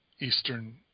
Eastern